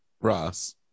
ross